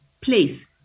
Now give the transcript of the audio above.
place